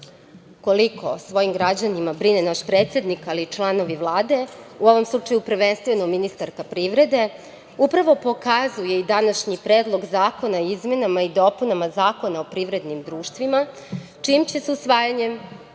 o svojim građanima brine naš predsednik, ali i članovi Vlade, u ovom slučaju prvenstveno ministarka privrede, upravo pokazuje i današnji Predlog zakona o izmenama i dopunama Zakona o privrednim društvima, čijim će se usvajanjem,